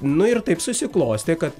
nu ir taip susiklostė kad